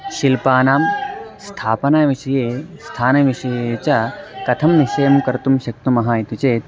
शिल्पानां स्थापनविषये स्थानविषये च कथं निश्चयं कर्तुं शक्नुमः इति चेत्